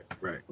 right